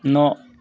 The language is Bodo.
न'